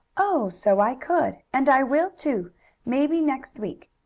oh, so i could! and i will, too maybe next week.